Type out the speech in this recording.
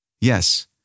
Yes